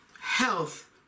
health